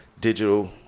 digital